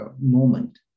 moment